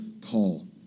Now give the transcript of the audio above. call